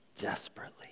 desperately